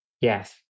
Yes